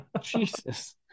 jesus